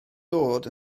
dod